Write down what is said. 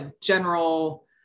general